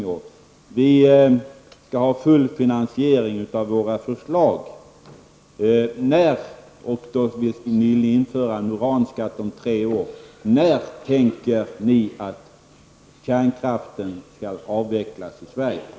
Gösta Lyngå sade att miljöpartiet vill ha full finansiering för sina förslag och att man tänker införa en uranskatt om tre öre. När tänker ni att kärnkraften skall avvecklas i Sverige?